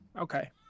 Okay